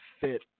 fit